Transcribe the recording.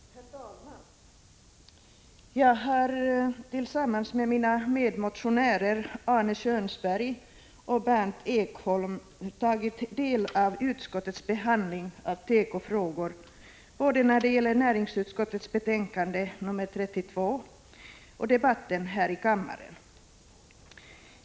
Herr talman! Jag har tillsammans med mina medmotionärer, Arne Kjörnsberg och Berndt Ekholm, tagit del av utskottets behandling av tekofrågor, både när det gäller näringsutskottets betänkande nr 32 och debatten här i kammaren.